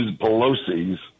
Pelosi's